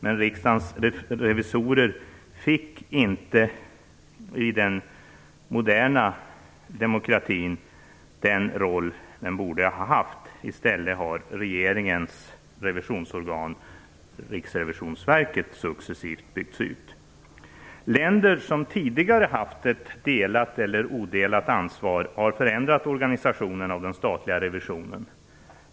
Men Riksdagens revisorer fick inte i den moderna demokratin den roll den borde ha haft. I stället har regeringens revisionsorgan Riksrevisionsverket successivt byggts ut. Länder som tidigare haft ett delat eller odelat ansvar har förändrat organisationen av den statliga revisionen.